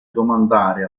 domandare